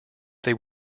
they